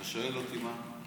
אתה שואל אותי מה.